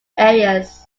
areas